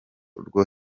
rwo